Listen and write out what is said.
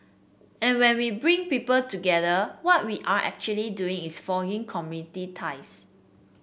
and when we bring people together what we are actually doing is forging community ties